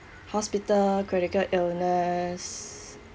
hospital critical illness